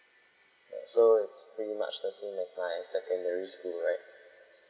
ya so it's pretty much the same as my secondary school right